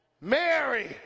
Mary